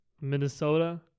Minnesota